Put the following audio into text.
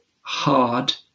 hard